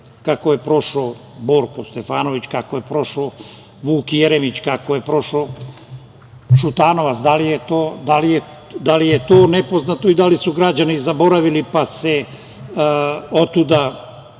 Kako je prošao Borko Stefanović, kako je prošao Vuk Jeremić, kako je prošao Šutanovac, da li je to nepoznato i da li su građani zaboravili, pa se otuda